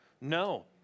No